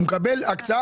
הוא מקבל הקצאה.